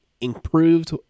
improved